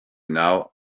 now